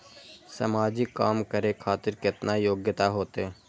समाजिक काम करें खातिर केतना योग्यता होते?